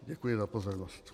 Děkuji za pozornost.